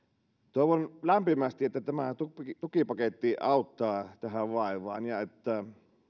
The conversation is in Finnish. toivon lämpimästi että tämä tukipaketti auttaa tähän vaivaan ja että